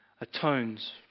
atones